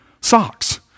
socks